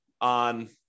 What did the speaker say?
on